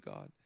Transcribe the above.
God